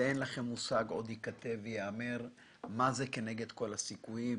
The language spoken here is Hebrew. כאשר עוד ייכתב וייאמר מה זה "כנגד כל הסיכויים".